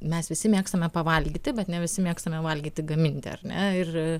mes visi mėgstame pavalgyti bet ne visi mėgstame valgyti gaminti ar ne ir